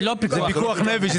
זה לא פיקוח נפש.